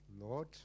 Lord